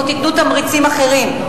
או תיתנו תמריצים אחרים,